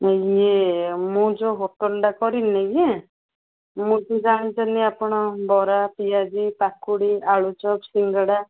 ଏ ୟେ ମୁଁ ଯୋ ହୋଟେଲ୍ଟା କରିନି ଯେ ମୁଁ ତ ଜାଣିଥିଲି ଆପଣ ବରା ପିଆଜି ପକୋଡ଼ି ଆଲୁଚପ ସିଙ୍ଗଡ଼ା